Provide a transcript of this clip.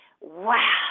Wow